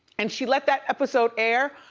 and she let that episode air.